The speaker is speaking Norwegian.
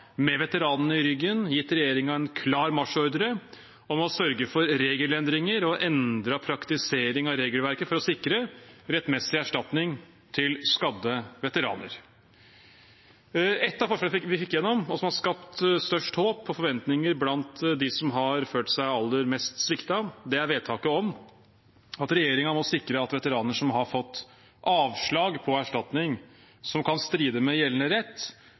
med veteranene i ryggen gitt regjeringen en klar marsjordre om å sørge for regelendringer og endret praktisering av regelverket for å sikre en rettmessig erstatning til skadde veteraner. Ett av forslagene vi fikk igjennom, og som har skapt størst håp og forventninger blant dem som har følt seg aller mest sviktet, er forslaget om at regjeringen må sikre at veteraner som har fått avslag på erstatning som kan stride med gjeldende rett,